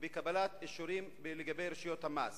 בקבלת אישורים של רשויות המס.